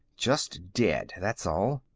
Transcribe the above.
just dead, that's all.